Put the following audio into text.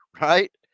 right